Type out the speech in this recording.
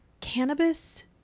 cannabis